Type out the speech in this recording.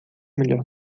melhor